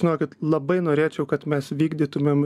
žinokit labai norėčiau kad mes vykdytumėm